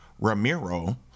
Ramiro